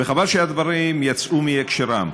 וחבל שדברים יצאו מהקשרם.